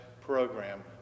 program